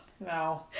No